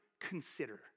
consider